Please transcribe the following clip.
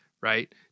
Right